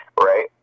right